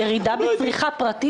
ירידה בצריכה פרטית,